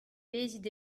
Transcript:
bezit